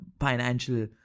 financial